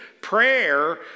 Prayer